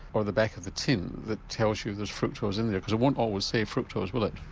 or the back of the tin that tells you there's fructose in there because it won't always say fructose will it?